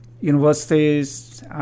universities